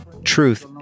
Truth